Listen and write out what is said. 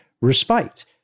respite